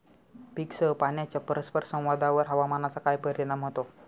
पीकसह पाण्याच्या परस्पर संवादावर हवामानाचा काय परिणाम होतो?